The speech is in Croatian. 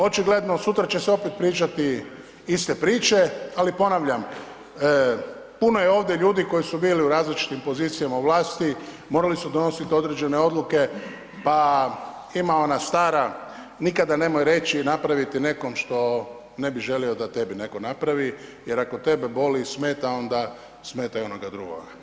Očigledno sutra će se opet pričati iste priče ali ponavljam, puno je ovdje ljudi koji su bili u različitim pozicijama u vlasti, morali su donositi određene odluke pa ima ona stara nikada nemoj reći i napraviti nekom što ne bi želio da tebi netko napravi jer ako tebe boli i smeta onda smeta i onoga drugoga.